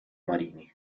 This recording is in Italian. marini